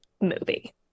movie